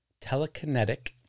telekinetic